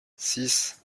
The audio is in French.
six